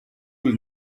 will